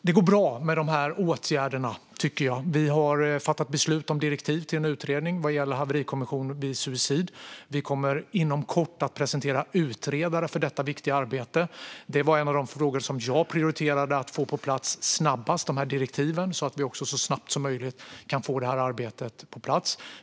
Det går bra med våra åtgärder. Vi har fattat beslut om direktiv till en utredning gällande haverikommission vid suicid. Vi kommer inom kort att presentera utredare för detta viktiga arbete. Att få dessa direktiv på plats var något jag prioriterade för att vi så snabbt som möjligt skulle få detta arbete på plats.